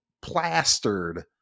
plastered